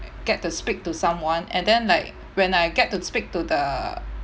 get to speak to someone and then like when I get to speak to the